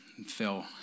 Phil